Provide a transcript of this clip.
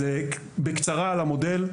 בקצרה על המודל.